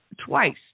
twice